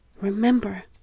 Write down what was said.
Remember